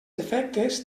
efectes